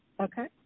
Okay